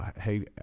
hey